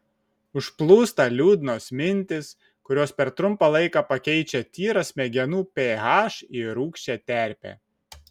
užplūsta liūdnos mintys kurios per trumpą laiką pakeičia tyrą smegenų ph į rūgščią terpę